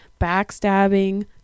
backstabbing